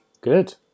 Good